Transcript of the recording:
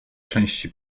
części